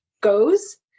goes